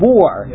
war